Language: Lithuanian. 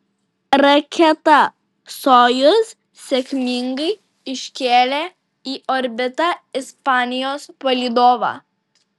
raketa sojuz sėkmingai iškėlė į orbitą ispanijos palydovą